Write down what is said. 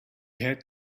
had